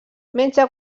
menja